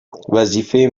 وظیفه